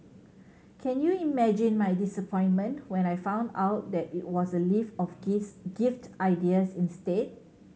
can you imagine my disappointment when I found out that it was a list of gift ideas instead